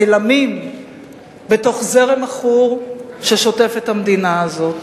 נעלמים בתוך זרם עכור ששוטף את המדינה הזאת.